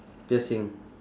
piercing